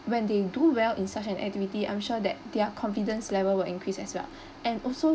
when they do well in such an activity I'm sure that their confidence level will increase as well and also